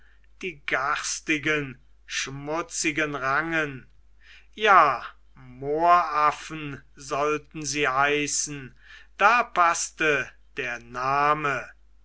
die garstigen schmutzigen rangen ja mooraffen sollten sie heißen da paßte der name